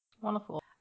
Wonderful